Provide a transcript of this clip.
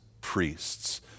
priests